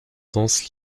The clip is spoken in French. dense